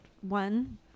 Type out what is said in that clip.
one